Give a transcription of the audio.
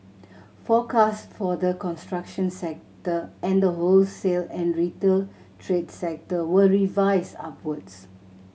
forecast for the construction sector and the wholesale and retail trade sector were revised upwards